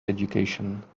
education